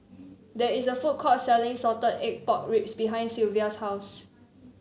there is a food court selling Salted Egg Pork Ribs behind Sylvia's house